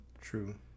True